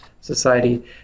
society